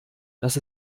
dass